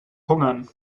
hungern